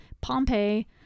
Pompeii